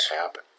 happen